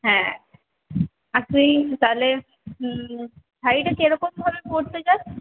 হ্যাঁ আর তুই তা হলে শাড়িটা কী রকম ভাবে পরতে চাস